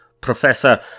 Professor